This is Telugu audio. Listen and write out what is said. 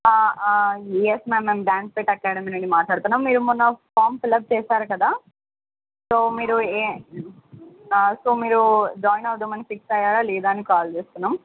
యస్ మ్యామ్ మేము డాన్స్ అకాడమీ నుండి మాట్లాడుతున్నాం మీరు మొన్న ఫామ్ ఫిలప్ చేసారు కదా సో మీరు ఏ సో మీరు జాయిన్ అవుదామని ఫిక్స్ అయ్యారా లేదా అని కాల్ చేస్తున్నాం